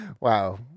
Wow